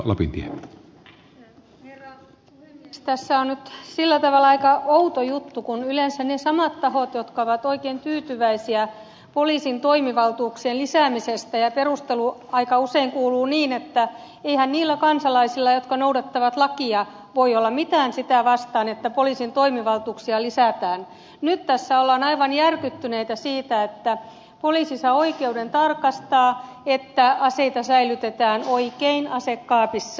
tässä on nyt sillä tavalla aika outo juttu kun yleensä ne samat tahot jotka ovat oikein tyytyväisiä poliisin toimivaltuuksien lisäämisestä ja perustelu aika usein kuuluu niin että eihän niillä kansalaisilla jotka noudattavat lakia voi olla mitään sitä vastaan että poliisin toimivaltuuksia lisätään ovat nyt aivan järkyttyneitä siitä että poliisi saa oikeuden tarkastaa että aseita säilytetään oikein asekaapissa